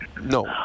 No